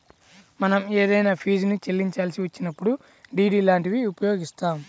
మనం ఏదైనా ఫీజుని చెల్లించాల్సి వచ్చినప్పుడు డి.డి లాంటివి ఉపయోగిత్తాం